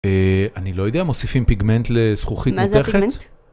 אני לא יודע, מוסיפים פיגמנט לזכוכית מתכת?